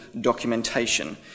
documentation